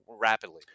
rapidly